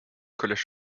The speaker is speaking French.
collège